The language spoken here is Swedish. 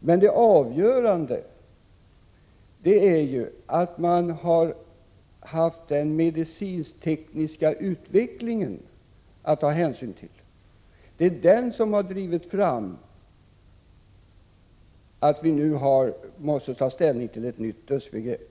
Men det avgörande är ju att man har haft att ta hänsyn till den medicinsk-tekniska utvecklingen. Det är den som har gjort att vi nu måste ta ställning till ett nytt dödsbegrepp.